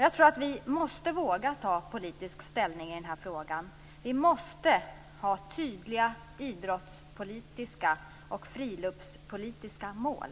Jag tror att vi måste våga ta politisk ställning i den här frågan. Vi måste ha tydliga idrottspolitiska och friluftspolitiska mål.